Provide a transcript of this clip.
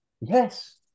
Yes